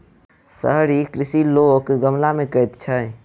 शहरी कृषि लोक गमला मे करैत छै